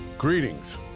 Greetings